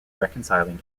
reconciling